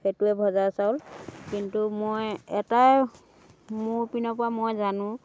সেইটোৱে ভজা চাউল কিন্তু মই এটাই মোৰ পিনৰ পৰা মই জানো